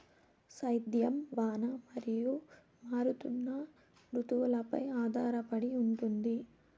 సేద్యం వాన మరియు మారుతున్న రుతువులపై ఆధారపడి ఉంటుంది